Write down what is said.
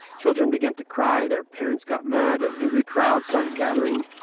children began to cry, their parents got mad, an angry crowd started gathering,